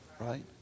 right